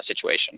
situation